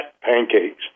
pancakes